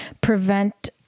prevent